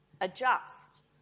adjust